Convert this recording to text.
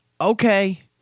okay